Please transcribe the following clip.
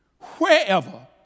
Wherever